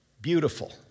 beautiful